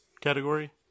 category